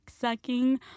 sucking